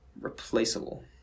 replaceable